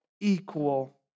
equal